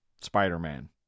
Spider-Man